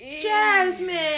jasmine